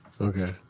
okay